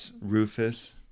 Rufus